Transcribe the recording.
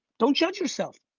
don't judge yourself.